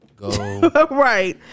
right